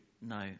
no